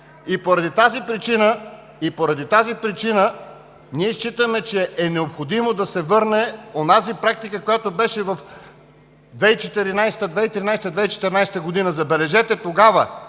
Поради тази причина ние считаме, че е необходимо да се върне онази практика, която беше през 2013 – 2014 г. Забележете, тогава,